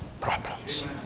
problems